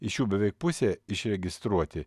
iš jų beveik pusė išregistruoti